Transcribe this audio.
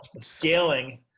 Scaling